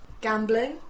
Gambling